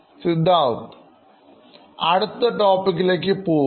Siddharth അടുത്തടോപ്പിക്ക്ലേക്ക് പോകും